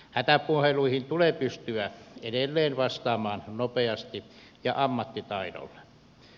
hätäpuheluihin tulee pystyä edelleen vastaamaan nopeasti ja ammattitaidolla